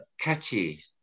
catchy